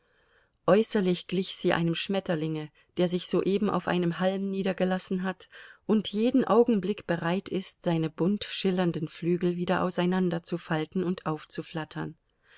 äußerlich glich sie einem schmetterlinge der sich soeben auf einem halm niedergelassen hat und jeden augenblick bereit ist seine bunt schillernden flügel wieder auseinanderzufalten und aufzuflattern